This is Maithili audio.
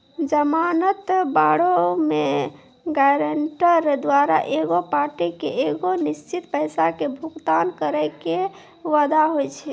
जमानत बांडो मे गायरंटर द्वारा एगो पार्टी के एगो निश्चित पैसा के भुगतान करै के वादा होय छै